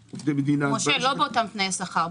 לא באותם תנאי בשכר.